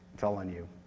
telling you.